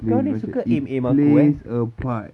kau ni suka aim aim aku eh